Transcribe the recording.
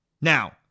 Now